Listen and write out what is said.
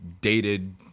dated